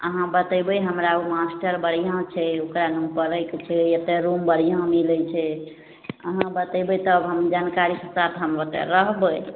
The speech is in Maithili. अहाँ बतेबय हमरा उ मास्टर बढ़िआँ छै ओकरा नाम पढ़यके छै एतय रूम बढ़िआँ मिलय छै अहाँ बतेबय तब हम जानकारीके साथ हम ओतऽ रहबय